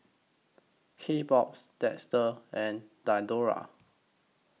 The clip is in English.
Kbox Dester and Diadora